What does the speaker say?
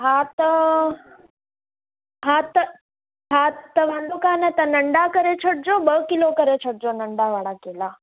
हा त हा त हा त वांदो कोन्हे त नंढा करे छॾिजो ॿ किलो करे छॾिजो नंढा वारा केला